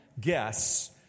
guess